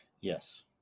yes